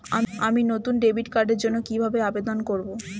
আমি নতুন ডেবিট কার্ডের জন্য কিভাবে আবেদন করব?